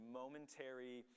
momentary